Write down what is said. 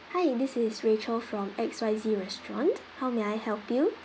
hi this is rachel from X Y Z restaurant how may I help you